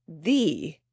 The